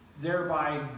thereby